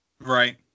Right